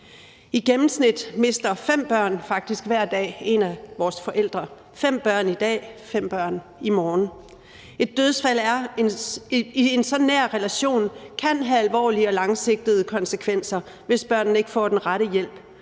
I gennemsnit mister fem børn faktisk hver dag en af deres forældre – fem børn i dag, fem børn i morgen. Et dødsfald i så nær en relation kan have alvorlige og langsigtede konsekvenser, hvis børnene ikke får den rette hjælp,